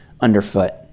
underfoot